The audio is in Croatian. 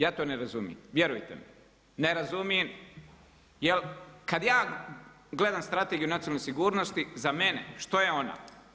Ja to ne razumijem, vjerujte mi ne razumijem jer kad ja gledam Strategiju nacionalne sigurnosti za mene što je ona?